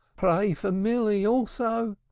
pray for milly also,